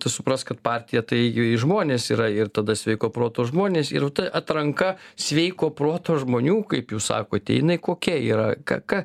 tai suprask kad partija tai žmonės yra ir tada sveiko proto žmonės jau ta atranka sveiko proto žmonių kaip jūs sakote jinai kokia yra ką ką